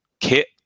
kit